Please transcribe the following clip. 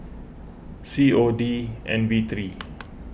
C O D N V three